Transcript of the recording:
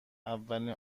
اولین